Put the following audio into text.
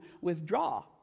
withdraw